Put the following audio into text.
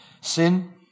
Sin